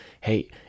hey